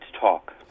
talk